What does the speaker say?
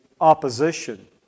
opposition